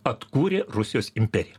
atkūrė rusijos imperiją